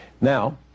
Now